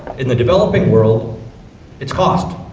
in the developing world it's cost.